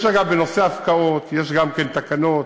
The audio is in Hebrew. אגב, בנושא הפקעות, יש גם תקנות,